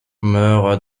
meurt